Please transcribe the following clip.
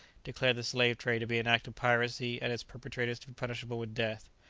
declared the slave-trade to be an act of piracy and its perpetrators to be punishable with death.